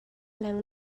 leng